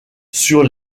sur